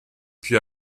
puis